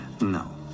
No